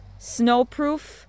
snowproof